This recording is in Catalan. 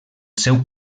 seu